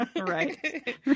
Right